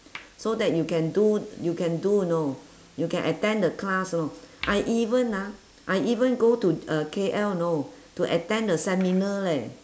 so that you can do you can do you know you can attend the class you know I even ah I even go to uh K_L know to attend the seminar leh